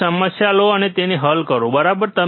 એક સમસ્યા લો અને તેને હલ કરો બરાબર